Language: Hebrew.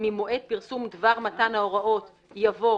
"ממועד פרסום דבר מתן ההוראות" יבוא